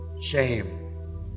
shame